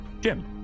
Jim